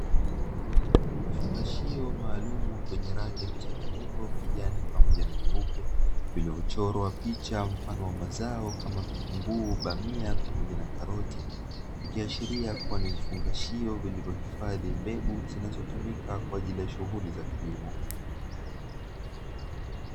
Vifungashio maalumu zilizochorwa picha kama mbegu